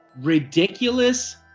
Ridiculous